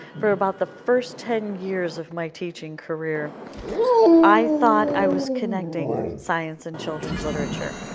for about the first ten years of my teaching career i thought i was connecting science and children's literature.